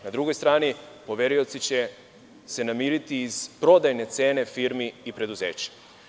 Na drugoj strani, poverioci će se namiriti iz prodajne cene firmi i preduzeća.